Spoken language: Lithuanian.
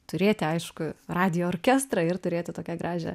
turėti aišku radijo orkestrą ir turėti tokią gražią